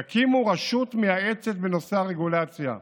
יקימו רשות מייעצת בנושא הרגולציה,